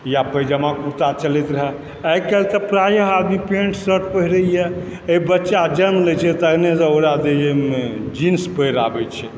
या पैजामा कुर्ता चलति रहै आई काल्हि तऽ प्रायः आदमी पैंट शर्ट पहिरेए आइ बच्चा जन्म लैत छै तखनेसँ ओकरा जीन्स पहिराबैत छै